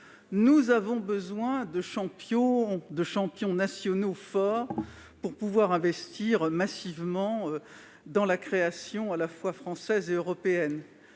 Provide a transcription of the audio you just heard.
Nous avons besoin de champions nationaux forts pour pouvoir investir massivement dans la création, à la fois française et européenne.